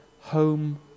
Home